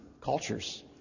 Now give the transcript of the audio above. cultures